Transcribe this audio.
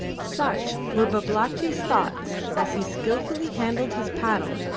such were babalatchi's thoughts as he skilfully handled his paddle,